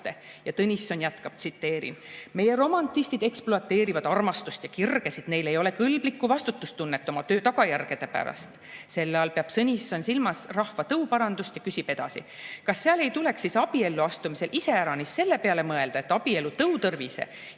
Ja Tõnisson jätkab, tsiteerin: "Meie romantistid ekspluateerivad armastust ja kirgesid. Neil ei ole kõlblikku vastutustunnet oma töö tagajärgede pärast." Selle all peab Tõnisson silmas rahva tõuparandust ja küsib edasi: "Kas seal ei tuleks siis abielluastumisel iseäranis selle peale mõelda, et abielu tõutervise